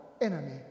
enemy